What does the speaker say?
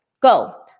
Go